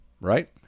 Right